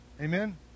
Amen